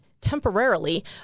temporarily